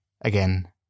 again